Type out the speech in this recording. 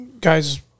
guys